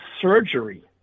surgery